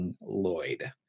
Lloyd